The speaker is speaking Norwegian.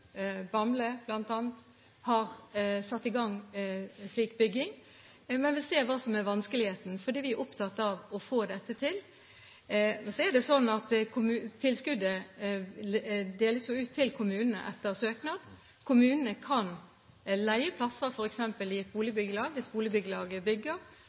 har satt i gang en slik bygging. Men vi vil se hva som er vanskeligheten, fordi vi er opptatt av å få dette til. Tilskuddet deles jo ut til kommunene etter søknad. Kommunene kan leie plasser, f.eks. i et boligbyggelag, hvis boligbyggelaget bygger